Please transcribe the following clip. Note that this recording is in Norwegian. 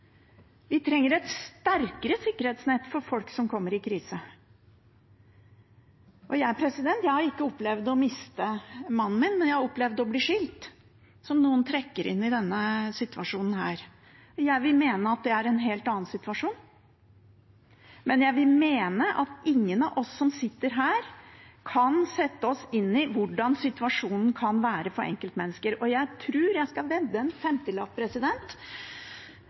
opplevd å miste mannen min, men jeg har opplevd å bli skilt, som noen trekker inn i denne situasjonen. Jeg vil mene at det er en helt annen situasjon. Jeg vil også mene at ingen av oss som sitter her, kan sette seg inn i hvordan situasjonen kan være for enkeltmennesker. Jeg tror og vil vedde en femtilapp